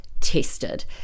tested